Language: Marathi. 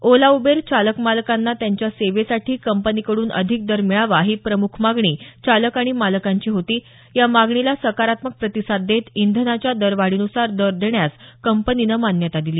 आेला उबेर चालक मालकांना त्यांच्या सेवेसाठी कंपनीकडून अधिक दर मिळावा ही प्रमुख मागणी चालक आणि मालकांची होती या मागणीला सकारात्मक प्रतिसाद देत इंधनाच्या दरवाढीनुसार दर देण्यास कंपनीनं मान्यता दिली